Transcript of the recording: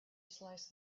slice